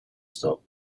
stop